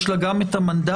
יש לה גם את המנדט,